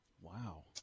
Wow